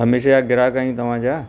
हमेशा जा ग्राहक आहियूं तव्हांजा